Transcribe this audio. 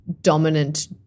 dominant